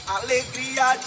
alegria